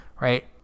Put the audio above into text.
right